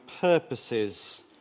purposes